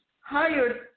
hired